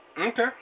Okay